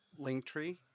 Linktree